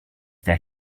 that